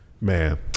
Man